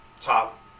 top